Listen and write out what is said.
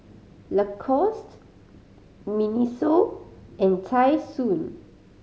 Lacoste MINISO and Tai Sun